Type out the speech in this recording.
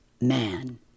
man